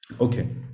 Okay